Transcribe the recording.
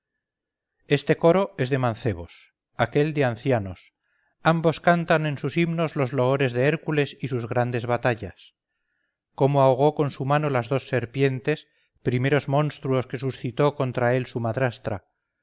este coro es de mancebos aquel de ancianos ambos cantan en sus himnos los loores de hércules y sus grandes batallas cómo ahogó con su mano las dos serpientes primeros monstruos que suscitó contra él su madrastra